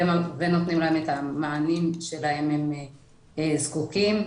ונותנים להם את המענים שלהם הם זקוקים.